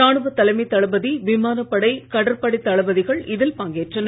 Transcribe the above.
ராணுவ தலைமை தளபதி விமானப்படை கடற்படை தளபதிகள் இதில் பங்கேற்றனர்